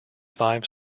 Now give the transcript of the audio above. five